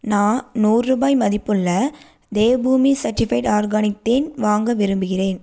நான் நூறு ரூபாய் மதிப்புள்ள தேவ்பூமி சர்ட்டிஃபைட் ஆர்கானிக் தேன் வாங்க விரும்புகிறேன்